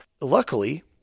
luckily